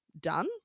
done